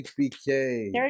HBK